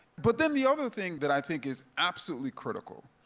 but then the other thing that i think is absolutely critical,